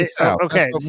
Okay